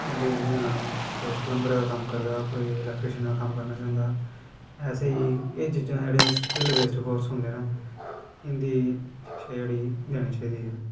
ते जियां कोई पलम्बरे दा कम्म करदा कोई इलैक्ट्रिशन दा कम्म करना चांह्दा एह् जेह्ड़े स्किल बेस्ड कोर्स होंदे न इंदी शिक्षा जेह्ड़ी देनी चाही दी